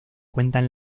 cuentan